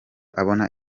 abona